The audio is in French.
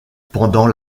pendant